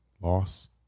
loss